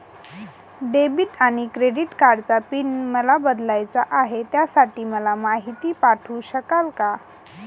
Debit आणि credit कार्डचा PIN मला बदलायचा आहे, त्यासाठी मला माहिती पाठवू शकाल का?